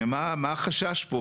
מה החשש פה?